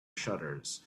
shutters